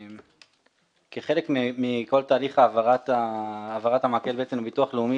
כחלק מכל תהליך העברת המקל לביטוח הלאומי,